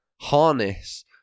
harness